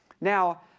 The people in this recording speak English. Now